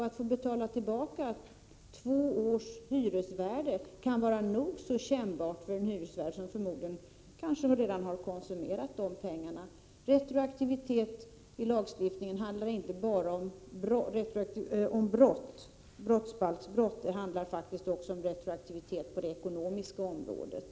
Att få betala tillbaka två års hyresvärde kan vara nog så kännbart för en hyresvärd som förmodligen redan har konsumerat pengarna. Retroaktivitet i lagstiftningen handlar inte bara om brott mot brottsbalken, utan det handlar faktiskt också om retroaktivitet på det ekonomiska området.